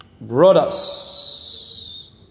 brothers